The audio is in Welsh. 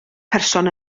person